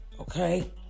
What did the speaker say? Okay